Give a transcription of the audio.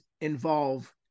involve